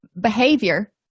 behavior